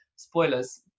Spoilers